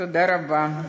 תודה רבה,